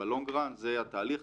ב-long run זה התהליך.